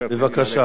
הצעת